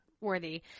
worthy